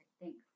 Thanks